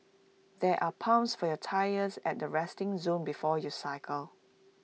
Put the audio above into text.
there are pumps for your tyres at the resting zone before you cycle